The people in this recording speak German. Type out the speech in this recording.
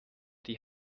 die